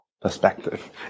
perspective